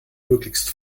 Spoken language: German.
möglichst